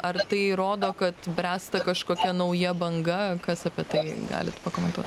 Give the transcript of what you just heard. ar tai rodo kad bręsta kažkokia nauja banga kas apie tai galit pakomentuot